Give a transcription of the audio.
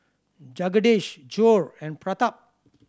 Jagadish Choor and Pratap